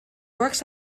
works